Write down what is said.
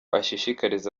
ashishikariza